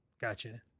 Gotcha